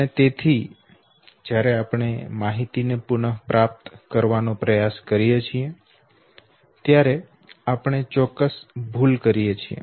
અને તેથી જ્યારે આપણે માહિતીને પુનપ્રાપ્ત કરવાનો પ્રયાસ કરીએ છીએ ત્યારે આપણે ચોક્કસ ભૂલ કરીએ છીએ